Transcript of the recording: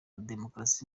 demokarasi